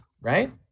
right